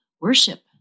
worship